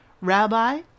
Rabbi